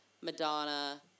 Madonna